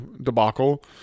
debacle